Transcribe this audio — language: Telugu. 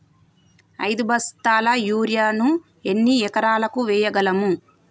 ఐదు బస్తాల యూరియా ను ఎన్ని ఎకరాలకు వేయగలము?